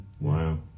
Wow